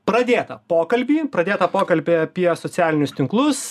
pradėtą pokalbį pradėtą pokalbį apie socialinius tinklus